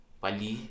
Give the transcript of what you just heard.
pali